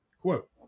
quote